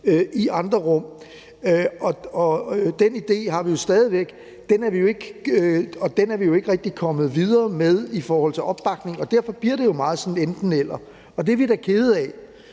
i andre rum. Den idé har vi jo stadig væk, men vi er jo ikke rigtig kommet videre med den i forhold til opbakningen, og derfor bliver det jo meget et enten-eller, og det er vi da kede af.